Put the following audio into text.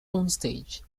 onstage